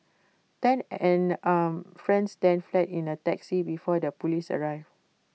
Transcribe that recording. Tan and friends then fled in A taxi before the Police arrived